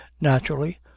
Naturally